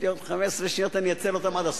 יש לי עוד 15 שניות, אני אנצל אותן עד הסוף.